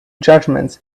judgements